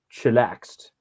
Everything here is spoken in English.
chillaxed